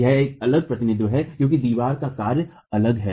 यह एक अलग प्रतिनिधित्व क्योंकि दीवार पर कार्य अलग है